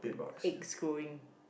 eggs growing